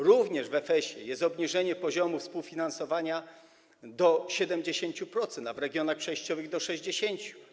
Również w EFS jest obniżenie poziomu współfinansowania do 70%, a w regionach przejściowych - do 60%.